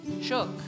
shook